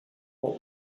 what